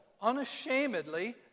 unashamedly